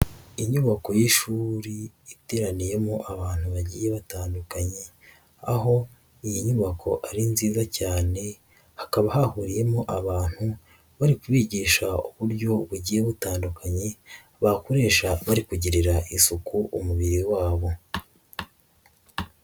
Inyubako y'ishuri iteraniyemo abantu bagiye batandukanye aho iyi nyubako ari nziza cyane, hakaba hahuriyemo abantu bari kubigisha uburyo bugiye butandukanye bakoresha bari kugirira isuku umubiri wabo.